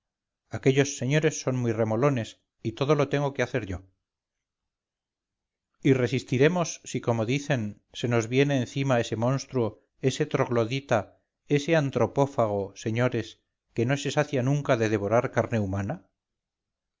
aquellos señores son muy remolones y todo lo tengo que hacer yo y resistiremos si como dicen se nos viene encima ese monstruo ese troglodita ese antropófago señores que no se sacia nunca de devorar carne humana